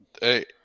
Hey